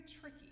tricky